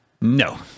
No